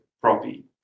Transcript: property